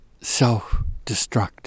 self-destruct